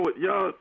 y'all